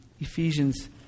Ephesians